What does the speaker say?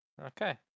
Okay